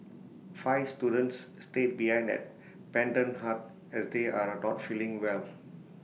five students stay behind at Pendant hut as they are not feeling well